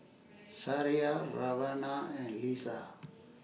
Sariah Rowena and Leisa